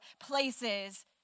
places